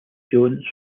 jones